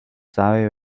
sabe